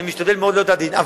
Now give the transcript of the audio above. אני משתדל מאוד להיות עדין.